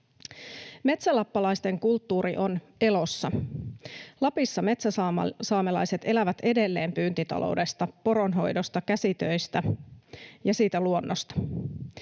Metsälappalaisten kulttuuri on elossa. Lapissa metsäsaamelaiset elävät edelleen pyyntitaloudesta, poronhoidosta, käsitöistä ja siitä luonnosta.